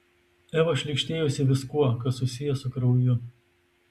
eva šlykštėjosi viskuo kas susiję su krauju